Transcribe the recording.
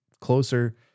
closer